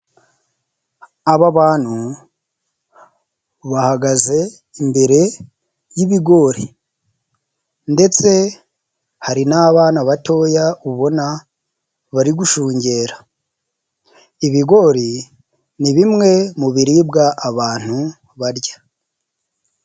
Aba bantu bahagaze imbere y'ibigori ndetse hari n'abana batoya ubona bari gushungera, ibigori ni bimwe mu biribwa abantu barya.